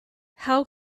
how